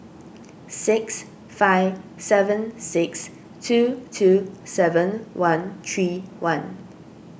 six five seven six two two seven one three one